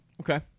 Okay